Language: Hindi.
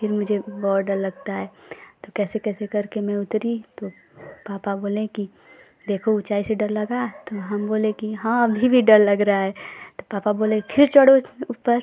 फिर मुझे बहुत डर लगता है तो कैसे कैसे करके मैं उतरी तो पापा बोले कि देखो ऊँचाई से डर लगा तो हम बोले कि हाँ अभी भी डर लग रहा है तो पापा बोले कि फिर चढ़ो इसमें ऊपर